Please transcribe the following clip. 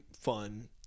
fun